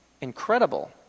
incredible